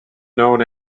known